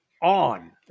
on